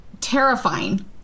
terrifying